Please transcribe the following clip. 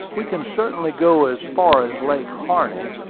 we can certainly go as far as lake harney,